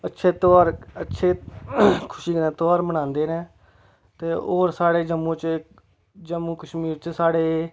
अच्छे ध्यार खुशियां दा ध्यार मनांदे ने ते होर साढ़े जम्मू च जम्मू कश्मीर च साढ़े